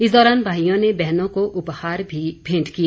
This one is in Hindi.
इस दौरान भाईयों ने बहनों को उपहार भी भेंट किए